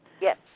Yes